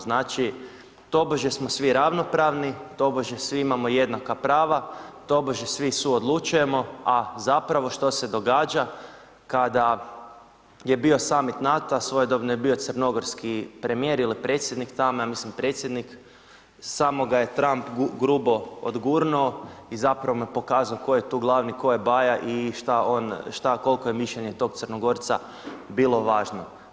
Znači tobože smo svi ravnopravni, tobože svi imamo jednaka prava, tobože svi suodlučujemo a zapravo što se događa kada je bio summit NATO-a, svojedobno je bio crnogorski premijer ili predsjednik tamo, ja mislim predsjednik, samo ga je Trump grubo odgurnuo i zapravo mu pokazao tko je tu glavni, tko je baja i šta on, šta, koliko je mišljenje tog Crnogorca bilo važno.